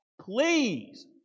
please